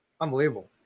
unbelievable